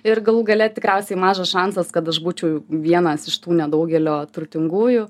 ir galų gale tikriausiai mažas šansas kad aš būčiau vienas iš tų nedaugelio turtingųjų